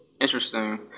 Interesting